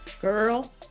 Girl